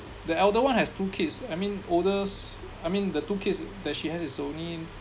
the elder one has two kids I mean oldest I mean the two kids that she has is only